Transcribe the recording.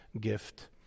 gift